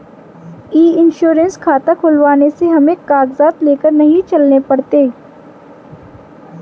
ई insurance खाता खुलवाने से हमें कागजात लेकर नहीं चलने पड़ते